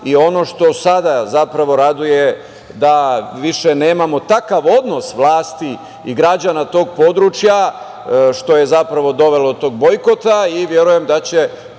i ono što sada zapravo raduje da više nemamo takav odnos vlasti i građana tog područja, što je zapravo dovelo do tog bojkota i verujem da će